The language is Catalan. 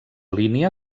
línia